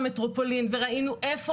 המקומית מספיק טוב ויכול